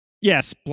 Yes